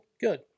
Good